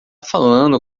falando